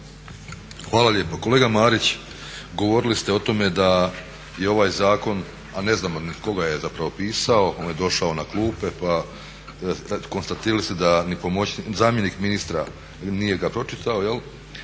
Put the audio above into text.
Hvala lijepo. Kolega Marić, govorili ste o tome da je ovaj zakon, a ne znamo tko ga je zapravo pisao, on je došao na klupe pa konstatirali ste da ni zamjenik ministra nije ga pročitao.